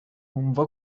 nkumva